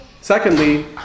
Secondly